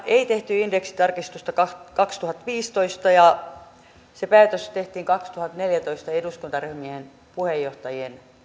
ei tehty indeksitarkistusta kaksituhattaviisitoista ja se päätös tehtiin kaksituhattaneljätoista eduskuntaryhmien puheenjohtajien